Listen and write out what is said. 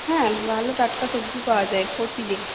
হ্যাঁ ভালো টাটকা সবজি পাওয়া যায় প্রতিদিন